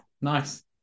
nice